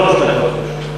שלוש דקות.